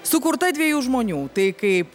sukurta dviejų žmonių tai kaip